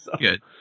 Good